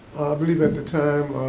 believe at the time,